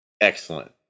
excellent